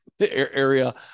area